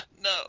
No